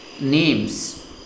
names